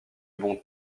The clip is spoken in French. bon